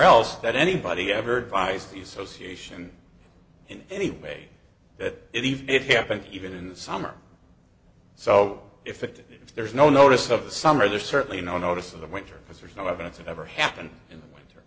else that anybody ever advised the association in any way that if it happens even in the summer so if it if there's no notice of the summer there's certainly no notice of the winter because there's no evidence it ever happened in the winter